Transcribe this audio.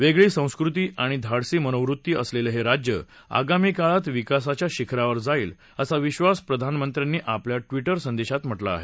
वेगळी संस्कृती आणि धाडसी मनोवृत्ती असलेलं हे राज्य आगामी काळात विकासाच्या शिखरावर जाईल असा विधास प्रधानमंत्र्यांनी आपल्या ट्वीटर संदेशात म्हटलं आहे